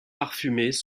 parfumées